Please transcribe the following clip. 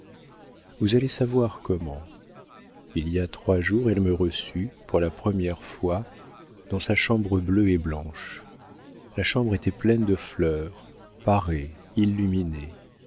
vous allez savoir comment il y a trois jours elle me reçut pour la première fois dans sa chambre bleue et blanche la chambre était pleine de fleurs parée illuminée